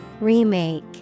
Remake